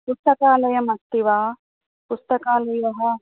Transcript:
पुस्तकालयम् अस्ति वा पुस्तकालयः